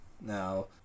Now